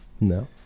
No